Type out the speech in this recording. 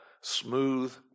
smooth